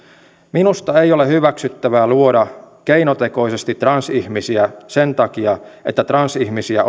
minusta ei ole hyväksyttävää luoda keinotekoisesti transihmisiä sen takia että transihmisiä